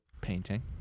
painting